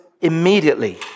Immediately